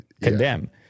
condemn